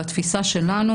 בתפיסה שלנו,